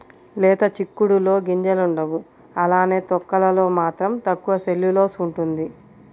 లేత చిక్కుడులో గింజలుండవు అలానే తొక్కలలో మాత్రం తక్కువ సెల్యులోస్ ఉంటుంది